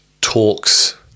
talks